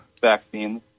vaccines